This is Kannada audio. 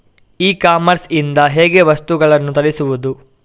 ಇ ಕಾಮರ್ಸ್ ಇಂದ ಹೇಗೆ ವಸ್ತುಗಳನ್ನು ತರಿಸುವುದು?